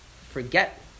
forget